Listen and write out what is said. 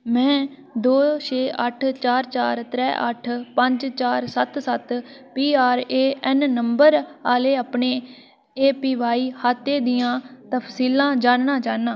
में दो छे अट्ठ चार चार त्रै अट्ठ पंज चार सत्त सत्त पीआरएऐन्न नंबर आह्ले अपने एपीवाई खाते दियां तफसीलां जानना चाह्न्नां